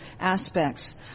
aspects